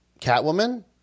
Catwoman